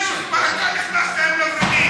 מה אתה נכנס להם לוורידים?